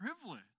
privilege